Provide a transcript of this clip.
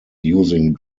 using